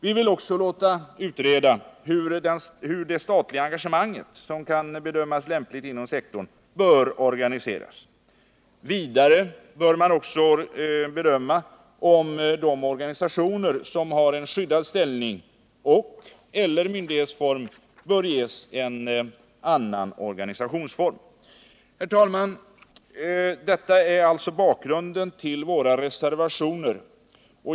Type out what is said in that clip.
Vi vill också låta utreda hur det statliga engagemanget, som kan bedömas lämpligt inom sektorn, bör organiseras. Vidare bör man också bedöma om de organisationer som har en skyddad ställning och/eller myndighetsform bör ges en annan organisationsform. Herr talman! Detta är alltså bakgrunden till våra reservationer.